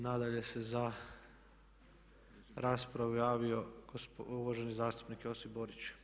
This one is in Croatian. Nadalje se za raspravu javio uvaženi zastupnik Josip Borić.